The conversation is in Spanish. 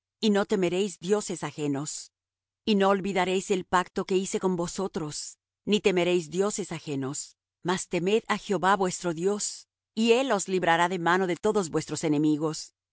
y no temeréis dioses ajenos y no olvidaréis el pacto que hice con vosotros ni temeréis dioses ajenos mas temed á jehová vuestro dios y él os librará de mano de todos vuestros enemigos